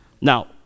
Now